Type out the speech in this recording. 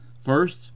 First